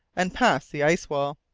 and pass the ice-wall.